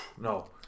No